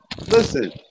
listen